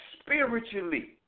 spiritually